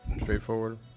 straightforward